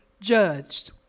judged